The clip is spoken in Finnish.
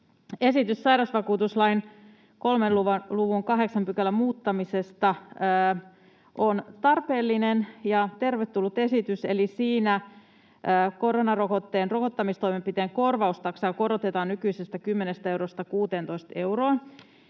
esitys sairausvakuutuslain 3 luvun 8 §:n muuttamisesta on tarpeellinen ja tervetullut esitys, eli siinä koronarokotteen rokottamistoimenpiteen korvaustaksaa korotetaan nykyisestä 10 eurosta 16 euroon.